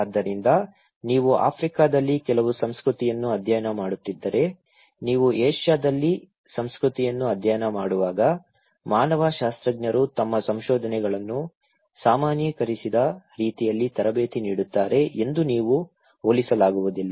ಆದ್ದರಿಂದ ನೀವು ಆಫ್ರಿಕಾದಲ್ಲಿ ಕೆಲವು ಸಂಸ್ಕೃತಿಯನ್ನು ಅಧ್ಯಯನ ಮಾಡುತ್ತಿದ್ದರೆ ನೀವು ಏಷ್ಯಾದಲ್ಲಿ ಸಂಸ್ಕೃತಿಯನ್ನು ಅಧ್ಯಯನ ಮಾಡುವಾಗ ಮಾನವಶಾಸ್ತ್ರಜ್ಞರು ತಮ್ಮ ಸಂಶೋಧನೆಗಳನ್ನು ಸಾಮಾನ್ಯೀಕರಿಸದ ರೀತಿಯಲ್ಲಿ ತರಬೇತಿ ನೀಡುತ್ತಾರೆ ಎಂದು ನೀವು ಹೋಲಿಸಲಾಗುವುದಿಲ್ಲ